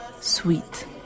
Sweet